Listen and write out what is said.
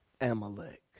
Amalek